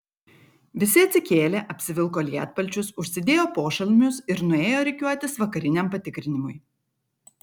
visi atsikėlė apsivilko lietpalčius užsidėjo pošalmius ir nuėjo rikiuotis vakariniam patikrinimui